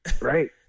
right